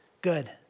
Good